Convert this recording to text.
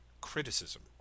criticism